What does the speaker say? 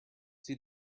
see